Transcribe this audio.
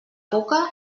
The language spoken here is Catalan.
boca